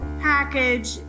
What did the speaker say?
package